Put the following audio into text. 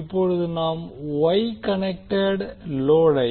இப்போது நாம் Y connected லோடை